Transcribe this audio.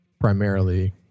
primarily